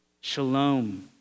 shalom